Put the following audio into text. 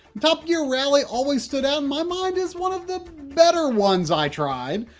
top gear rally always stood out in my mind as one of the better ones i tried,